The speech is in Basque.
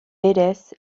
berez